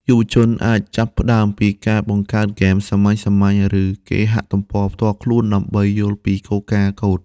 យុវជនអាចចាប់ផ្តើមពីការបង្កើតហ្គេមសាមញ្ញៗ ឬគេហទំព័រផ្ទាល់ខ្លួនដើម្បីយល់ពីគោលការណ៍កូដ។